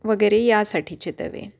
वगैरे यासाठीचे तवे